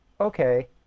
okay